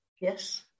Yes